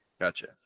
gotcha